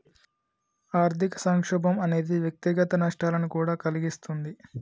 ఆర్థిక సంక్షోభం అనేది వ్యక్తిగత నష్టాలను కూడా కలిగిస్తుంది